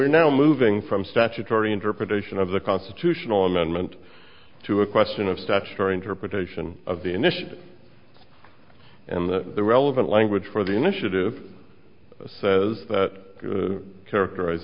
're now moving from statutory interpretation of the constitutional amendment to a question of statutory interpretation of the initiative and the relevant language for the initiative says that characteriz